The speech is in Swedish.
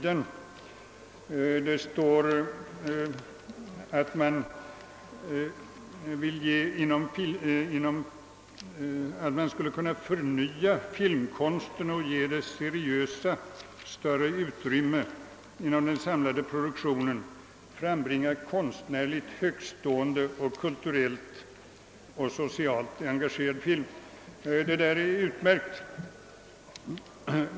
Det står att man »skulle kunna förnya filmkonsten, ge det seriösa större utrymme inom den samlade produktionen, frambringa konstnärligt högtstående samt kulturellt och socialt engagerad film». Det är utmärkt.